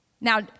Now